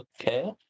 Okay